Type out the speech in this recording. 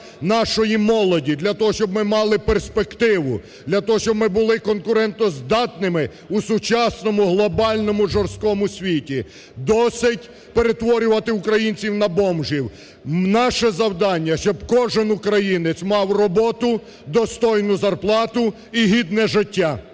нашої молоді для того, щоб ми мали перспективу, для того, щоб ми були конкурентоздатними у сучасному глобальному, жорсткому світі. Досить перетворювати українців на бомжів, наше завдання, щоб кожен українець мав роботу, достойну зарплату і гідне життя.